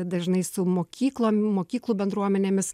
dažnai su mokyklom mokyklų bendruomenėmis